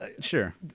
Sure